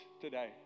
today